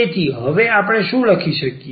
તેથી હવે આપણે શું લખી શકીએ